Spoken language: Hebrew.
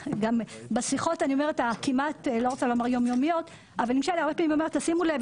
בשיחות הכמעט יום יומיות שלי לפעמים אומרת שימו לב,